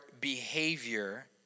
behavior